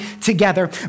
together